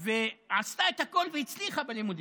עשתה את הכול והצליחה בלימודים,